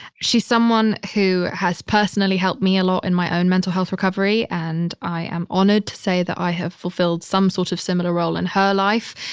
she's someone who has personally helped me a lot in my own mental health recovery, and i am honored to say that i have fulfilled some sort of similar role in her life.